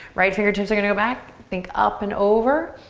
right fingertips are gonna go back, think up and over,